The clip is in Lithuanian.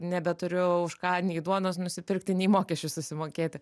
nebeturiu už ką nei duonos nusipirkti nei mokesčių susimokėti